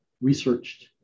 researched